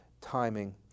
timing